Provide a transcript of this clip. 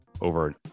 over